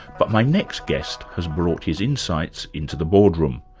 but my next guest has brought his insights into the boardroom.